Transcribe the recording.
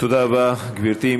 תודה רבה, גברתי.